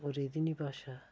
ओह् रेही दी निं भाशा